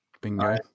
Bingo